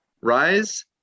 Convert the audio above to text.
Rise